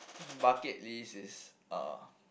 bucket list is uh